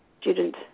student